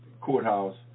courthouse